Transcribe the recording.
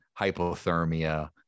hypothermia